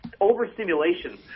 overstimulation